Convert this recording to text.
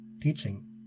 teaching